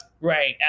right